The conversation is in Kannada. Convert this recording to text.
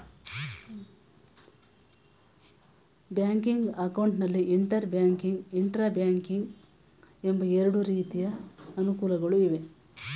ಬ್ಯಾಂಕಿಂಗ್ ಅಕೌಂಟ್ ನಲ್ಲಿ ಇಂಟರ್ ಬ್ಯಾಂಕಿಂಗ್, ಇಂಟ್ರಾ ಬ್ಯಾಂಕಿಂಗ್ ಎಂಬ ಎರಡು ರೀತಿಯ ಅನುಕೂಲಗಳು ಇವೆ